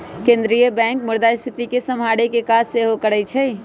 केंद्रीय बैंक मुद्रास्फीति के सम्हारे के काज सेहो करइ छइ